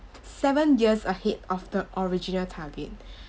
seven years ahead of the original target